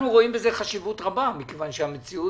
רואים בזה חשיבות רבה כי המציאות